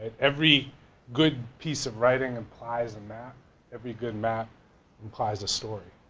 every good piece of writing implies a map every good map implies a story.